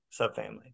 subfamily